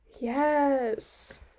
Yes